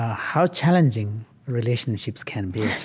how challenging relationships can be.